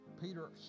Peter